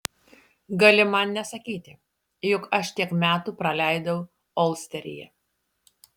gali man nesakyti juk aš tiek metų praleidau olsteryje